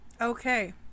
Okay